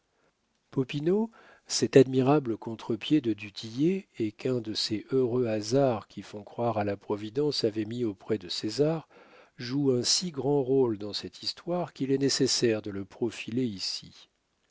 popinot cet admirable contrepied de du tillet et qu'un de ces heureux hasards qui font croire à la providence avait mis auprès de césar joue un si grand rôle dans cette histoire qu'il est nécessaire de le profiler ici